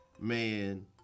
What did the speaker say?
man